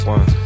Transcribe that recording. One